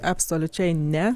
absoliučiai ne